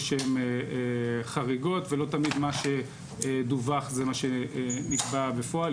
שהן חריגות ולא תמיד מה שדווח זה מה שנגבה בפועל.